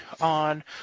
on